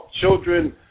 children